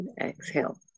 Exhale